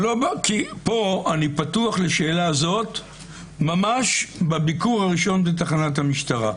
אני פתוח לשאלה הזאת ממש בביקור הראשון בתחנת המשטרה.